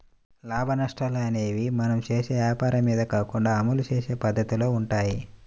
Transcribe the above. లాభనష్టాలు అనేయ్యి మనం చేసే వ్వాపారం మీద కాకుండా అమలు చేసే పద్దతిలో వుంటయ్యి